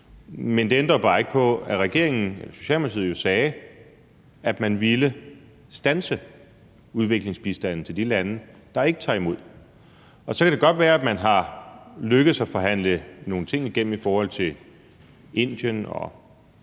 Men det ændrer bare ikke på, at regeringen og Socialdemokratiet jo sagde, at man ville standse udviklingsbistanden til de lande, der ikke tager imod. Så kan det godt være, at det er lykkedes at forhandle nogle ting igennem i forhold til Indien og